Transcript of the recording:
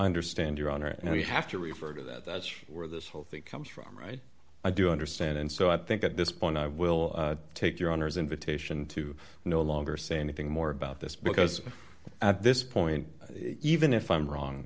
understand your honor and we have to refer to that that's where this whole thing comes from right i do understand and so i think at this point i will take your honour's invitation to no longer say anything more about this because at this point even if i'm wrong